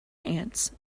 ants